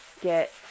get